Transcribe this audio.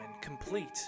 complete